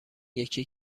یکی